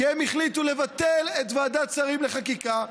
כי הן החליטו לבטל את ועדת שרים לחקיקה.